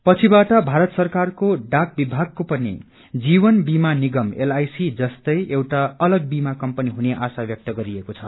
पछि बाट भारत सरकारको डाक विभागको पनि जीवन बिमा निगम एलआईसी जस्तै एउटा अलग बिमा कम्पनी हुने आशा व्यक्त गरिएको छ